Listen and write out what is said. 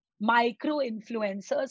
micro-influencers